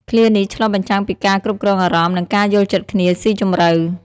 ឃ្លានេះឆ្លុះបញ្ចាំងពីការគ្រប់គ្រងអារម្មណ៍ និងការយល់ចិត្តគ្នាសុីជម្រៅ។